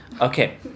Okay